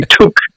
took